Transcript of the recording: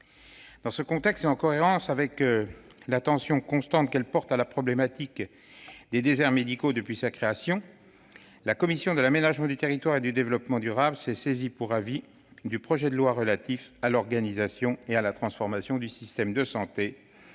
Dans ce contexte, et en cohérence avec l'attention constante qu'elle porte à la problématique des déserts médicaux depuis sa création, la commission de l'aménagement du territoire et du développement durable s'est saisie pour avis du projet de loi relatif à l'organisation et à la transformation du système de santé,